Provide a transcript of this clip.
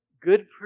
good